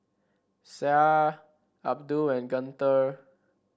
Syah Abdul and Guntur